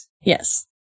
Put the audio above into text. Yes